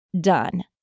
done